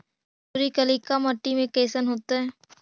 मसुरी कलिका मट्टी में कईसन होतै?